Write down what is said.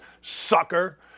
Sucker